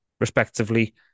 respectively